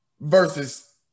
versus